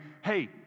hey